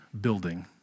building